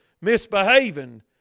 misbehaving